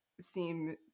seem